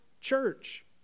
church